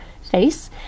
face